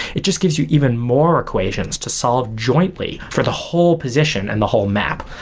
it just gives you even more equations to solve jointly for the whole position and the whole map.